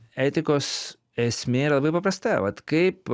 etikos esmė yra labai paprasta vat kaip